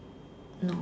no